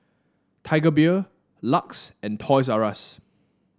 Tiger Beer Lux and Toys R Us